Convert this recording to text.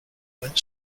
went